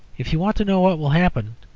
if you want to know what will happen,